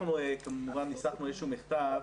אנחנו ניסחנו איזשהו מכתב.